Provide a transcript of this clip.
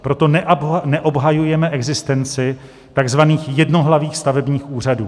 Proto neobhajujeme existenci takzvaných jednohlavých stavebních úřadů.